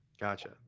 Gotcha